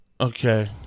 Okay